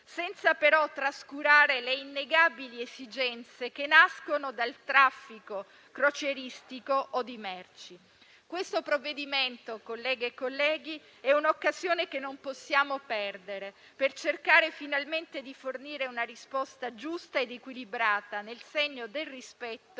senza però trascurare le innegabili esigenze che nascono dal traffico crocieristico o di merci. Il provvedimento in esame, colleghe e colleghi, è un'occasione che non possiamo perdere per cercare finalmente di fornire una risposta giusta ed equilibrata, nel segno del rispetto